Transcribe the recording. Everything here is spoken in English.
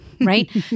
Right